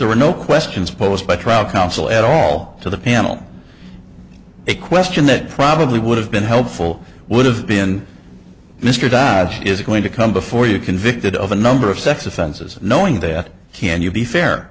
there were no questions posed by trial counsel at all to the panel a question that probably would have been helpful would have been mr dodd is going to come before you're convicted of a number of sex offenses and knowing that can you be fair